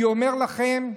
אני אומר לכם,